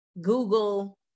Google